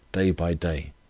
day by day,